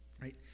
right